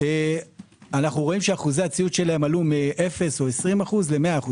אחוזי הציות שלהם עלו מ-0% או 20% ל-100%.